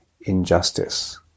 injustice